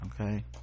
okay